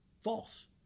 false